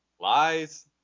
lies